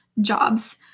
jobs